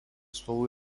spalvų